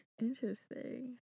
Interesting